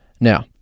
Now